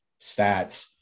stats